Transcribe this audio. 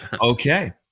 okay